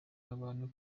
abantu